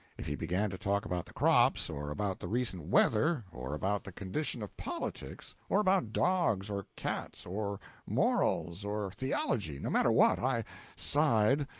if he began to talk about the crops or about the recent weather or about the condition of politics or about dogs, or cats, or morals, or theology no matter what i sighed,